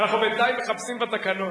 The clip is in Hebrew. אנחנו בינתיים מחפשים בתקנון.